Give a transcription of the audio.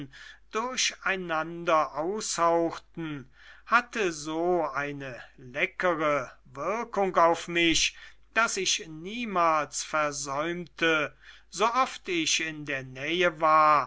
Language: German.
durcheinander aushauchten hatte so eine leckere wirkung auf mich daß ich niemals versäumte sooft ich in der nähe war